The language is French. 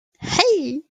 hey